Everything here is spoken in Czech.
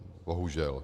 Bohužel.